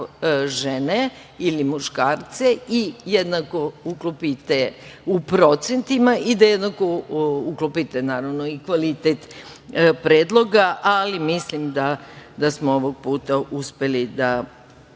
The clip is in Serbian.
žene ili muškarce i jednako uklopite u procentima i da jednako uklopite i kvalitet predloga, ali mislim da smo ovog puta uspeli da